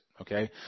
Okay